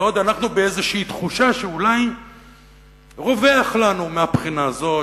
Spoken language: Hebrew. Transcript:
ועוד אנחנו באיזושהי תחושה שאולי רווח לנו מהבחינה הזאת,